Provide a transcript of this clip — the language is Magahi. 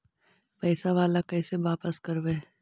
पैसा बाला कैसे बापस करबय?